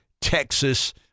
texas